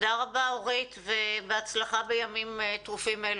תודה רבה, אורית, ובהצלחה בימים טרופים אלו,